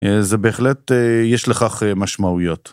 זה בהחלט יש לכך משמעויות.